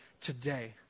today